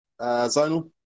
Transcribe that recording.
Zonal